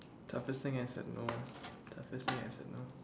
toughest thing I said no toughest thing I said no